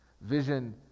Vision